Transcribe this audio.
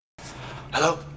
Hello